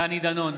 דני דנון,